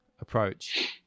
approach